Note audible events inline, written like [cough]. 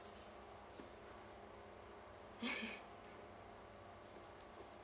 [laughs]